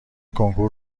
کنکور